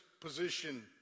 position